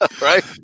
right